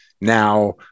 now